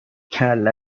کله